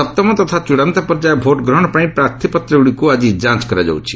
ସପ୍ତମ ତଥା ଚଡ଼ାନ୍ତ ପର୍ଯ୍ୟାୟ ଭୋଟ୍ ଗ୍ରହଣ ପାଇଁ ପ୍ରାର୍ଥୀପତ୍ରଗୁଡ଼ିକୁ ଆଜି ଯାଞ୍ଚ କରାଯାଉଛି